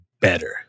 better